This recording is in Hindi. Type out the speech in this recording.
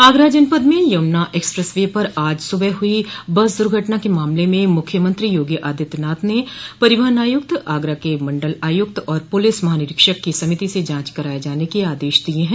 आगरा जनपद में यमुना एक्सप्रेस वे पर आज सुबह हुई बस द्र्घटना के मामले में मुख्यमंत्री योगी आदित्यनाथ ने परिवहन आयुक्त आगरा के मंडल आयुक्त और पुलिस महानिरीक्षक की समिति से जांच कराये जाने के आदेश दिये हैं